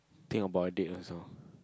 think about it also